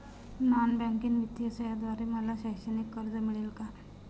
Non banking वित्तीय सेवेद्वारे मला शैक्षणिक कर्ज मिळेल का?